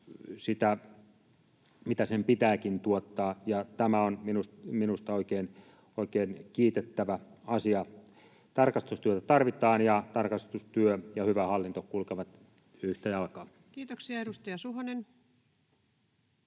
mitä sen pitääkin tuottaa. Tämä on minusta oikein kiitettävä asia. Tarkastustyötä tarvitaan, ja tarkastustyö ja hyvä hallinto kulkevat yhtä jalkaa. [Speech 142] Speaker: